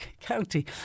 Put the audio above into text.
county